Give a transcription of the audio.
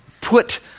put